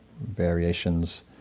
variations